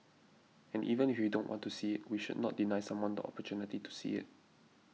and even if we don't want to see we should not deny someone the opportunity to see it